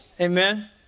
Amen